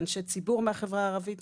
אנשי ציבור מהחברה הערבית,